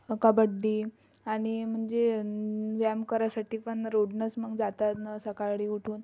ह कबड्डी आणि म्हणजे व्यायाम करायसाठी पण रोडनस मग जातात ना सकाळी उठून